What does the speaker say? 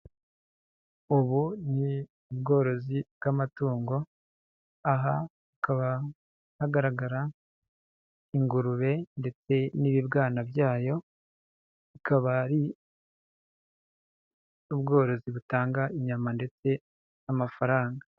Ubu ni ubworozi bw'amatungo, aha hakaba hagaragara ingurube ndetse n'ibibwana byayo, bikaba ari ubworozi butanga inyama ndetse n'amafaranga.